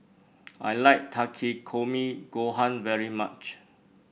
I like Takikomi Gohan very much